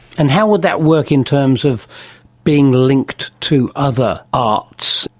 and how would that work in terms of being linked to other arts?